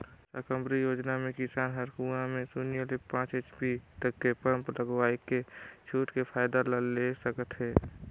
साकम्बरी योजना मे किसान हर कुंवा में सून्य ले पाँच एच.पी तक के पम्प लगवायके छूट के फायदा ला ले सकत है